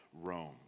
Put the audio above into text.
Rome